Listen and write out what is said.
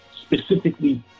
specifically